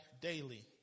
daily